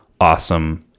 awesome